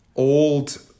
Old